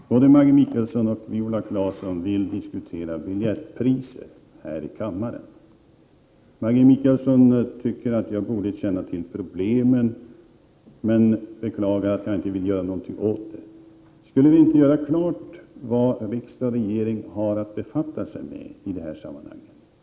Fru talman! Både Maggi Mikaelsson och Viola Claesson vill diskutera biljettpriser här i kammaren. Maggi Mikaelsson tycker att jag borde känna till problemen men beklagar att jag inte vill göra någonting åt dem. Skulle vi inte göra klart vad riksdag och regering har att befatta sig med i dessa sammanhang?